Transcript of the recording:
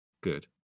good